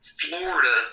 Florida